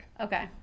okay